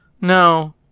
No